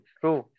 true